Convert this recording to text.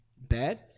bad